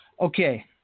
Okay